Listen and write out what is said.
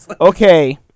Okay